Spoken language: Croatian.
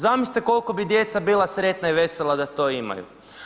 Zamislite koliko bi djeca bila sretna i vesela da to imaju.